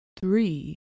three